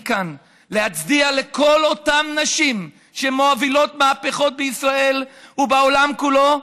אני כאן להצדיע לכל אותן נשים שמובילות מהפכות בישראל ובעולם כולו,